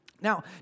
Now